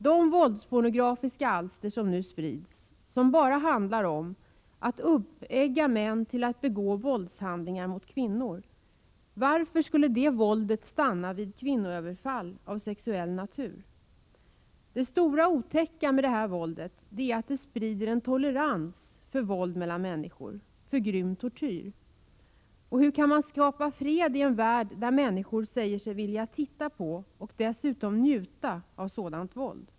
De våldspornografiska alster som nu sprids, som bara handlar om att uppegga män till att begå våldshandlingar mot kvinnor — varför skulle det våldet stanna vid kvinnoöverfall av sexuell natur? Det stora otäcka med det här våldet är att det sprider en tolerans för våld mellan människor, för grym tortyr. Hur kan man skapa fred i en värld där människor säger sig vilja titta på och dessutom njuta av sådant våld?